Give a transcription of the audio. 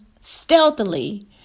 stealthily